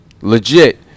Legit